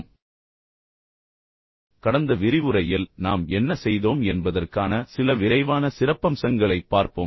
இப்போது நாம் செல்வதற்கு முன் நான் ஒவ்வொரு முறையும் செய்வது போல கடந்த விரிவுரையில் நாம் என்ன செய்தோம் என்பதற்கான சில விரைவான சிறப்பம்சங்களைப் பார்ப்போம்